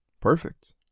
Perfect